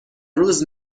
روز